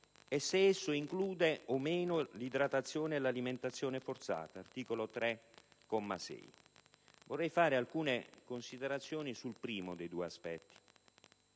e se esso include o meno l'idratazione e l'alimentazione forzata (articolo 3, comma 6).Vorrei fare alcune considerazioni sul primo dei due aspetti.